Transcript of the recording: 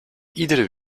iedere